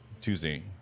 Tuesday